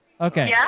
Okay